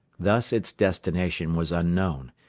thus its destination was unknown,